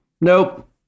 Nope